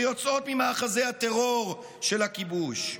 שיוצאות ממאחזי הטרור של הכיבוש.